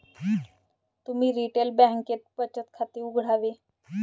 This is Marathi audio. तुम्ही रिटेल बँकेत बचत खाते उघडावे